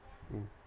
mm